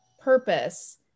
purpose